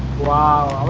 while